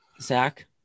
Zach